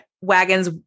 wagons